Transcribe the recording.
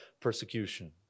persecution